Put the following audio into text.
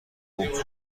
خوب